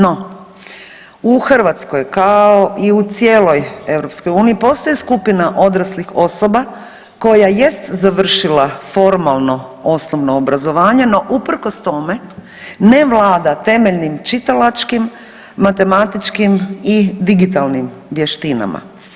No u Hrvatskoj kao i u cijeloj Europskoj uniji postoji skupina odraslih osoba koja jest završila formalno osnovno obrazovanje, no uprkos tome ne vlada temeljnim čitalačkim, matematičkim i digitalnim vještinama.